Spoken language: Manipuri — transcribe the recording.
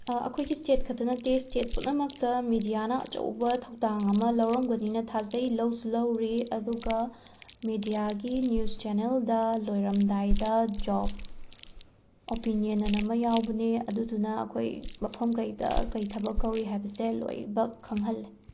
ꯑꯩꯈꯣꯏꯒꯤ ꯁ꯭ꯇꯦꯠ ꯈꯛꯇ ꯅꯠꯇꯦ ꯁ꯭ꯇꯦꯠ ꯄꯨꯝꯅꯃꯛꯇ ꯃꯤꯗꯤꯌꯥꯅ ꯑꯆꯧꯕ ꯊꯧꯗꯥꯡ ꯑꯃ ꯂꯧꯔꯝꯒꯅꯤꯅ ꯊꯥꯖꯩ ꯂꯧꯁꯨ ꯂꯧꯔꯤ ꯑꯗꯨꯒ ꯃꯤꯗꯤꯌꯥꯒꯤ ꯅ꯭ꯌꯨꯁ ꯆꯦꯅꯦꯜꯗ ꯂꯣꯏꯔꯝꯗꯥꯏꯗ ꯖꯣꯕ ꯑꯣꯄꯤꯅꯤꯌꯟ ꯑꯅ ꯑꯃ ꯌꯥꯎꯕꯅꯦ ꯑꯗꯨꯗꯨꯅ ꯑꯩꯈꯣꯏ ꯃꯐꯝ ꯀꯩꯗ ꯀꯩ ꯊꯕꯛ ꯀꯧꯔꯤ ꯍꯥꯏꯕꯁꯦ ꯂꯣꯏꯕꯛ ꯈꯪꯍꯜꯂꯦ